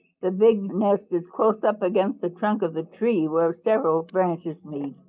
the big nest is close up against the trunk of the tree where several branches meet.